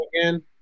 again